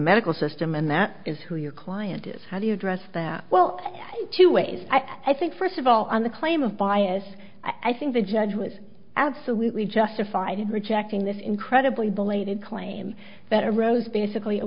medical system and that is who your client is how do you address that well in two ways i think first of all on the claim of bias i think the judge was absolutely justified in rejecting this incredibly belated claim that arose basically a